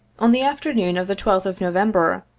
on the afternoon of the twelfth of november,